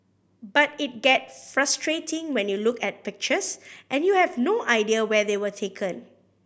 but it get frustrating when you look at pictures and you have no idea where they were taken